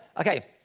Okay